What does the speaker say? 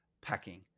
packing